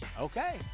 Okay